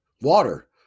water